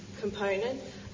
component